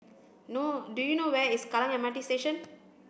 no do you know where is Kallang M R T Station